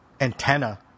antenna